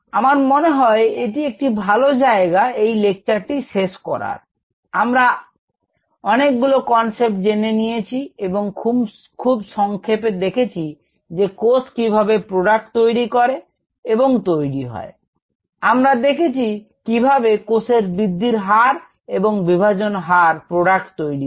আমার মনে হয় এটি একটি ভালো জায়গা এই লেকচারটি শেষ করার আমরা অনেকগুলো কনসেপ্ট জেনে নিয়েছি এবং খুব সংক্ষেপে দেখেছি যে কোষ কিভাবে প্রোডাক্ট তৈরি করে এবং তৈরি হয় আমরা দেখেছি কিভাবে কোষের বৃদ্ধির হার এবং বিভাজন হার প্রোডাক্ট তৈরি করে